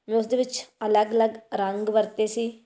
ਮੈਂ ਉਸਦੇ ਵਿੱਚ ਅਲੱਗ ਅਲੱਗ ਰੰਗ ਵਰਤੇ ਸੀ